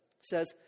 says